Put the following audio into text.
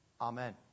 Amen